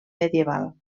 medieval